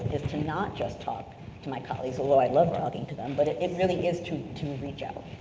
is to not just talk to my colleagues, although i love talking to them, but it it really is to to reach out.